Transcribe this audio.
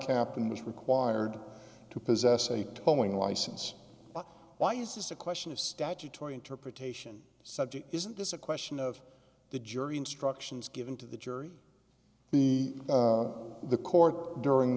captain was required to possess a towing license why it's just a question of statutory interpretation subject isn't this a question of the jury instructions given to the jury be the court during